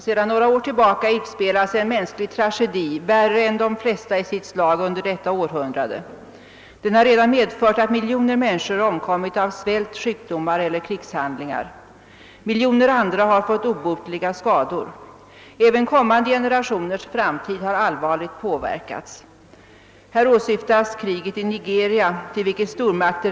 Herr talman! Den statliga bostadslånegivningen omlades 1968 efter beslut vid 1967 års riksdag, varvid det s.k. paritetslånesystemet infördes. De samhällsekonomiska konsekvenserna samt effekten från fastighetsförvaltningssynpunkt är av stort allmänt intresse.